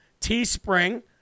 Teespring